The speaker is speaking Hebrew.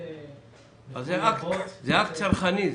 זה אקט צרכני.